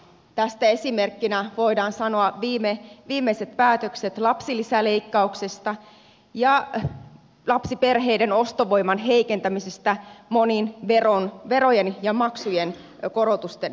tästä esimerkkeinä voidaan sanoa viimeiset päätökset lapsilisäleikkauksesta ja lapsiperheiden ostovoiman heikentämisestä monien verojen ja maksujen korotusten myötä